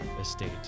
estate